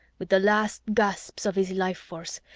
with the last gasps of his life-force,